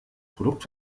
produkt